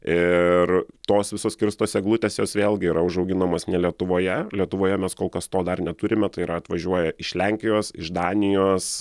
ir tos visos kirstos eglutės jos vėlgi yra užauginamos ne lietuvoje lietuvoje mes kol kas to dar neturime tai yra atvažiuoja iš lenkijos iš danijos